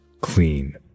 Clean